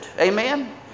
Amen